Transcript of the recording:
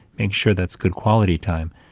make sure that's good quality time,